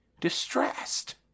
distressed